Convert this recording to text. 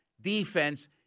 defense